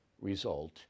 result